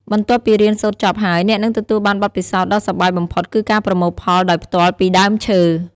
បន្ទាប់ពីរៀនសូត្រចប់ហើយ អ្នកនឹងទទួលបានបទពិសោធន៍ដ៏សប្បាយបំផុតគឺការប្រមូលផលដោយផ្ទាល់ពីដើមឈើ។